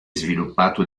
sviluppato